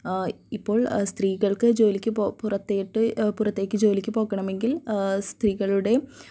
ഇപ്പോൾ സ്ത്രീകൾക്ക് ജോലിക്ക് പുറത്തേക്ക് ജോലിക്ക് പോകണമെങ്കിൽ സ്ത്രീകളുടെയും